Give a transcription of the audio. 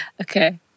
Okay